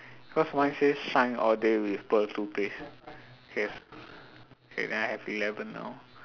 cause mine says shine all day with pearl toothpaste K okay then I have eleven now